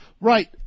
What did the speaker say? Right